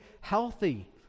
healthy